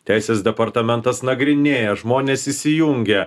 teisės departamentas nagrinėja žmonės įsijungia